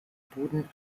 boden